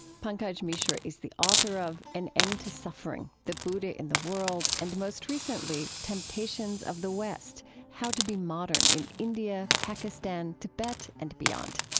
pankaj mishra is the author of an end to suffering the buddha in the world and, most recently, temptations of the west how to be modern in india, pakistan, tibet, and beyond.